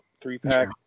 three-pack